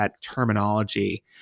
terminology